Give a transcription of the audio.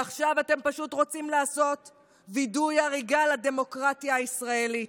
עכשיו אתם פשוט רוצים לעשות וידוא הריגה לדמוקרטיה הישראלית.